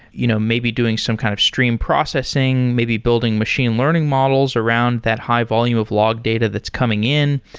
you know maybe doing some kind of stream processing, maybe building machine learning models around that high volume of log data that's coming in.